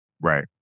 Right